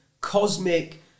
cosmic